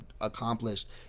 accomplished